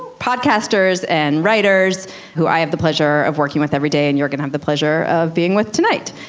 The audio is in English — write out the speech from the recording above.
podcasters and writers who i have the pleasure of working with every day. and you're gonna have the pleasure of being with tonight.